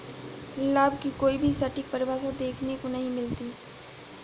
लाभ की कोई भी सटीक परिभाषा देखने को नहीं मिलती है